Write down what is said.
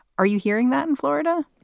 are you hearing that in florida?